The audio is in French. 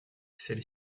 celle